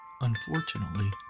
Unfortunately